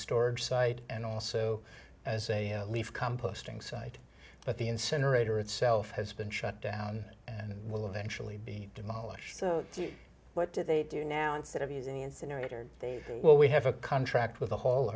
storage site and also as a leave composting site but the incinerator itself has been shut down and will eventually be demolished so what do they do now instead of using the incinerator well we have a contract with